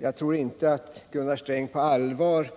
Jag tror inte att Gunnar Sträng tar på allvar